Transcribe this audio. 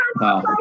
Wow